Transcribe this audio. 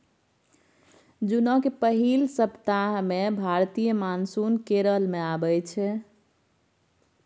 जुनक पहिल सप्ताह मे भारतीय मानसून केरल मे अबै छै